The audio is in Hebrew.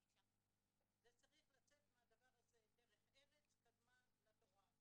זה צריך לצאת מהדבר הזה: דרך ארץ קדמה לתורה.